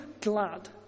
glad